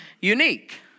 unique